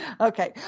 Okay